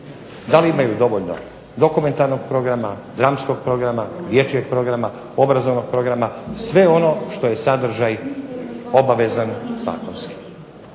Da li imaju dovoljno dokumentarnog programa, dramskog programa, dječjeg programa, obrazovnog programa. Sve ono što je sadržaj obavezan zakonski.